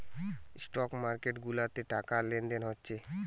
stock market গুলাতে টাকা লেনদেন হচ্ছে